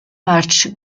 match